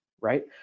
right